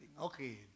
Okay